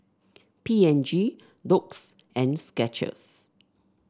P and G Doux and Skechers